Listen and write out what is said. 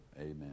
Amen